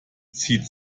zieht